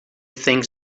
things